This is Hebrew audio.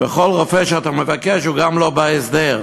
וכל רופא שאתה מבקש גם הוא לא בהסדר.